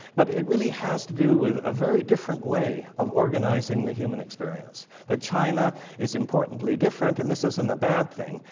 but it really has to do with a very different way of organizing the human experience, that china is importantly different. and this isn't a bad thing.